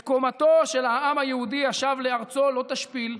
את קומתו של העם היהודי השב לארצו לא תשפיל,